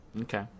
Okay